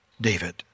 David